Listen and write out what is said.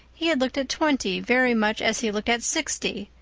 he had looked at twenty very much as he looked at sixty,